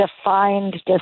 defined